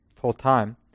full-time